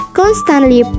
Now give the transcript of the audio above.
constantly